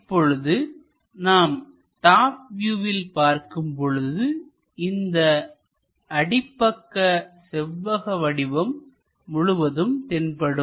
இப்பொழுது நாம் டாப் வியூவில் பார்க்கும் பொழுதுஇந்த அடிப்பக்க செவ்வக வடிவம் முழுதும் தென்படும்